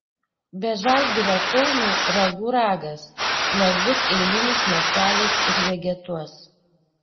be žalgirio kaunui ragų ragas nes bus eilinis miestelis ir vegetuos